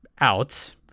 out